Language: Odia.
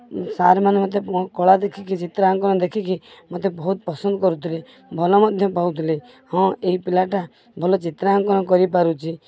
ସାର୍ ମାନେ ମୋତେ ମୋ କଳା ଦେଖିକି ଚିତ୍ରାଙ୍କନ ଦେଖିକି ମୋତେ ବହୁତ ପସନ୍ଦ କରୁଥିଲେ ଭଲ ମଧ୍ୟ ପାଉଥିଲେ ହଁ ଏହି ପିଲାଟା ଭଲ ଚିତ୍ରାଙ୍କନ କରିପାରୁଛି